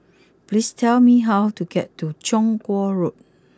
please tell me how to get to Chong Kuo Road